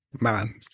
man